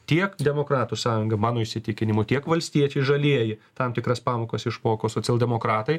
tiek demokratų sąjunga mano įsitikinimu tiek valstiečiai žalieji tam tikras pamokas išmoko socialdemokratai